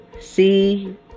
see